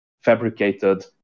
fabricated